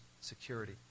security